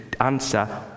answer